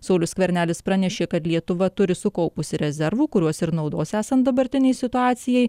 saulius skvernelis pranešė kad lietuva turi sukaupusi rezervų kuriuos ir naudos esant dabartinei situacijai